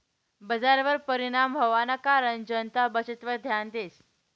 बजारवर परिणाम व्हवाना कारण जनता बचतवर ध्यान देस